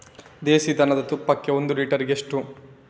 ದೇಸಿ ದನದ ತುಪ್ಪಕ್ಕೆ ಒಂದು ಲೀಟರ್ಗೆ ಎಷ್ಟು?